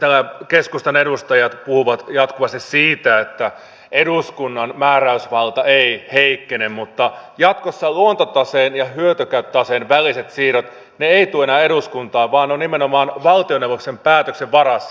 täällä keskustan edustajat puhuvat jatkuvasti siitä että eduskunnan määräysvalta ei heikkene mutta jatkossa luontotaseen ja hyötykäyttötaseen väliset siirrot eivät tule enää eduskuntaan vaan ne ovat nimenomaan valtioneuvoston päätöksen varassa